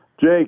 Jake